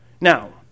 Now